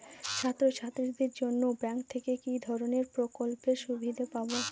ছাত্রছাত্রীদের জন্য ব্যাঙ্ক থেকে কি ধরণের প্রকল্পের সুবিধে পাবো?